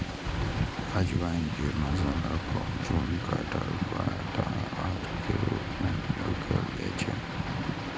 अजवाइन के मसाला, चूर्ण, काढ़ा, क्वाथ आ अर्क के रूप मे उपयोग कैल जाइ छै